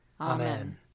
Amen